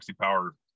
power